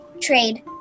trade